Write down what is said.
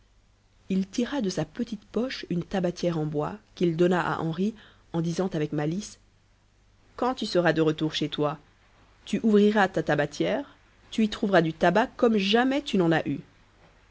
il tira de sa petite poche une tabatière en bois qu'il donna à henri en disant avec malice quand tu seras de retour chez toi tu ouvriras ta tabatière tu y trouveras du tabac comme jamais tu n'en as eu